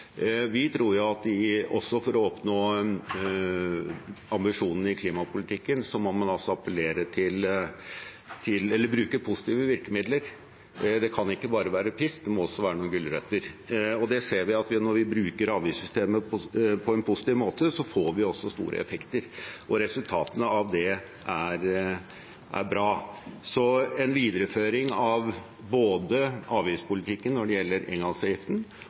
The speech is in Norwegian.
Vi tror også at for å oppnå ambisjonene i klimapolitikken må man bruke positive virkemidler. Det kan ikke bare være pisk, det må også være noen gulrøtter. Vi ser at når vi bruker avgiftssystemet på en positiv måte, får vi også store effekter. Resultatene av det er bra. En videreføring av både avgiftspolitikken når det gjelder